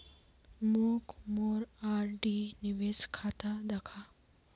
मोक मोर आर.डी निवेश खाता दखा